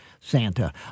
Santa